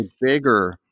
bigger